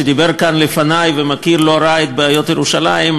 שדיבר כאן לפני ומכיר לא רע את בעיות ירושלים,